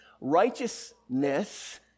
Righteousness